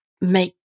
make